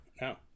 no